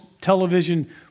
television